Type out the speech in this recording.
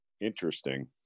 Interesting